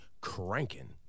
cranking